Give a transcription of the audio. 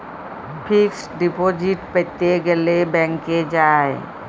fixed deposit প্যাতে গ্যালে ব্যাংকে যায়